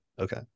Okay